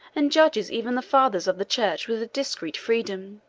and judges even the fathers of the church with a discreet freedom,